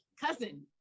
cousin